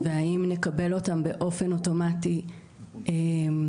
והאם נקבל אותם באופן אוטומטי בהעברת